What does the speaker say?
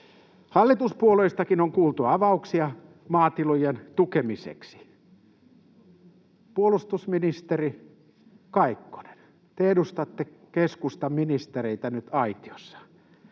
Hallituspuolueistakin on kuultu avauksia maatilojen tukemiseksi. Puolustusministeri Kaikkonen, te edustatte keskustan ministereitä nyt aitiossa.